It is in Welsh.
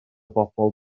bobl